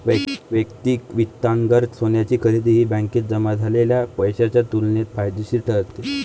वैयक्तिक वित्तांतर्गत सोन्याची खरेदी ही बँकेत जमा झालेल्या पैशाच्या तुलनेत फायदेशीर ठरते